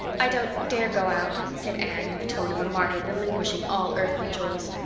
i don't dare go out, said anne, in the tone of a martyr relinquishing all earthly joys.